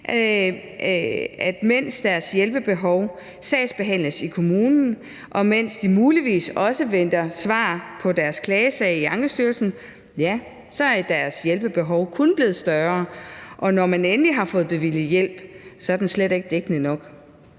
at mens deres hjælpebehov sagsbehandles i kommunen, og mens de muligvis også venter svar på deres klagesag i Ankestyrelsen, ja, så er deres hjælpebehov kun blevet større; og at når man endelig har fået bevilget hjælp, så er den slet ikke dækkende nok.